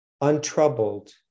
untroubled